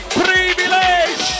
privilege